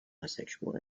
bisexual